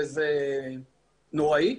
וזה נוראי,